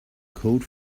called